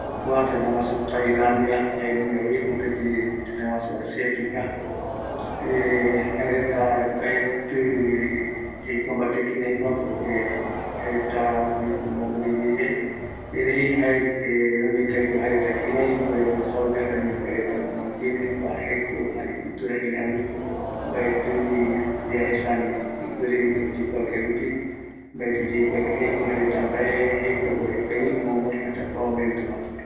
Tailandia pegua retako kuaretako jaema jae jaereko oporomboete jaeretako budismo jaereta ma guɨrovia jokuare jare jaereta jare jukurai jare oimevi idanza reta jaereta oime iarete retano jae kua jaereta jeko jaema guɨroviava jare jukurai iyarete reta